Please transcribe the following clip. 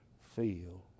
feel